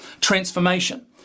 transformation